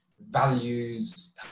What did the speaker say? values